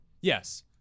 Yes